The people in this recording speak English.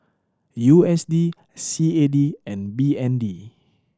U S D C A D and B N D